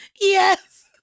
Yes